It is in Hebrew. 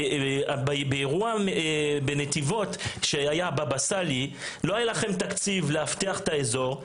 באירוע נתיבות כשהיה הבאבא סאלי לא היה לכם תקציב לאבטח את האזור.